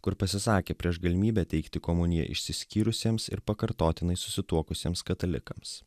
kur pasisakė prieš galimybę teikti komuniją išsiskyrusiems ir pakartotinai susituokusiems katalikams